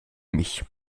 mich